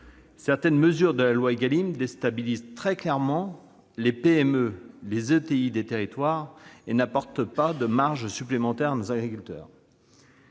Certaines mesures déstabilisent très clairement les PME et les ETI des territoires et n'apportent pas de marge supplémentaire à nos agriculteurs.